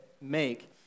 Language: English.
make